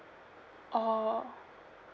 orh